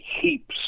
heaps